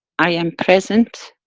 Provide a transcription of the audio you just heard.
i am present,